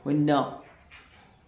শূন্য